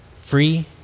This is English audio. free